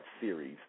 series